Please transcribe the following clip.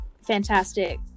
fantastic